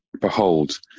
Behold